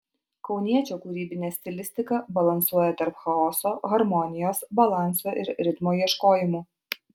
kauniečio kūrybinė stilistika balansuoja tarp chaoso harmonijos balanso ir ritmo ieškojimų